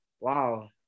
Wow